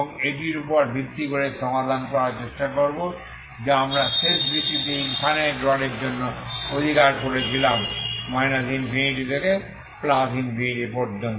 এবং এটির উপর ভিত্তি করে সমাধান করার চেষ্টা করব যা আমরা শেষ ভিডিওতে ইনফাইনাইট রডের জন্য অধিকার করেছিলাম ∞∞